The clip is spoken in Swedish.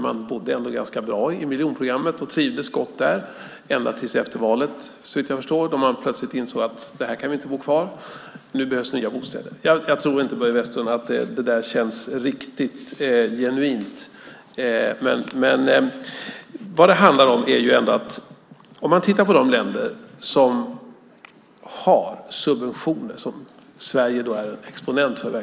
Man bodde ändå ganska bra i miljonprogrammets bostäder och trivdes gott där - ända till efter valet, såvitt jag förstår, då man plötsligt insåg att där kan man inte bo kvar. Nu behövs det nya bostäder. Jag tror inte, Börje Vestlund, att det där känns riktigt genuint. Man kan titta på de länder som har subventioner, något som Sverige verkligen är en exponent för.